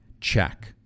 Check